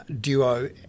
duo